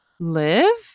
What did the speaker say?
live